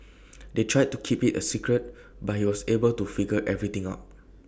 they tried to keep IT A secret but he was able to figure everything out